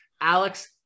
alex